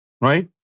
right